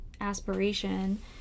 aspiration